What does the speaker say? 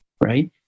Right